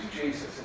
Jesus